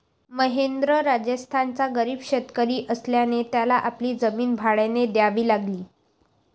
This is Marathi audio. महेंद्र राजस्थानचा गरीब शेतकरी असल्याने त्याला आपली जमीन भाड्याने द्यावी लागली